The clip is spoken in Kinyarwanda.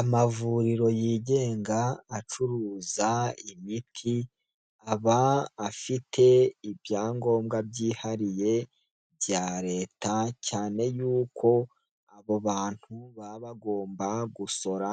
Amavuriro yigenga acuruza imiti, aba afite ibyangombwa byihariye bya Leta, cyane yuko abo bantu baba bagomba gusora